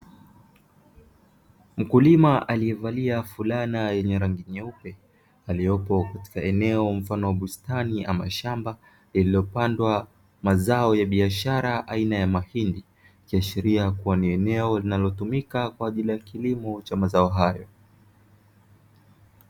Mkulima aliyevalia fulana yenye rangi nyeupe aliyopo katika eneo mfano wa bustani ama shamba lililopandwa mazao ya biashara aina mahindi; ikiashiria kuwa ni eneo linalotumika kwa ajili ya kilimo cha mazao hayo.